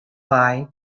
wei